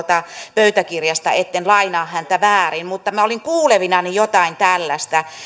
pöytäkirjasta etten lainaa häntä väärin mutta minä olin kuulevinani jotain tällaista